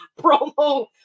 promo